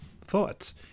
thoughts